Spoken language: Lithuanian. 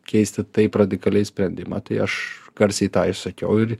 keisti taip radikaliai sprendimą tai aš garsiai tą ir sakiau ir